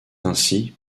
ainsi